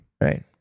Right